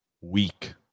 weak